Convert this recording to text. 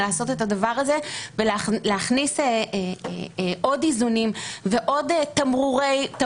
לעשות את הדבר הזה ולהכניס עוד איזונים ועוד תמרורים,